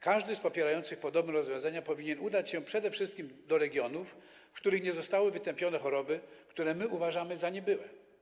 Każdy z popierających podobne rozwiązania powinien przede wszystkim udać się do regionów, w których nie zostały wytępione choroby, które my uważamy za niebyłe.